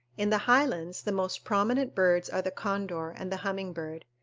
in the highlands the most prominent birds are the condor and the humming-bird.